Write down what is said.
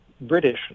british